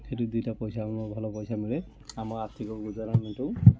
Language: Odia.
ସେଇଠି ଦୁଇ ଟା ପଇସା ଭଲ ପଇସା ମିଳେ ଆମ ଆର୍ଥିକ ଗୁଜୁରାଣ ମେଣ୍ଟଉ